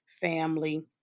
family